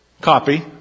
copy